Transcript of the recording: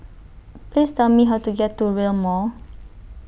Please Tell Me How to get to Rail Mall